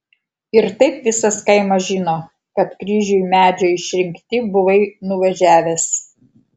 ir taip visas kaimas žino kad kryžiui medžio išrinkti buvai nuvažiavęs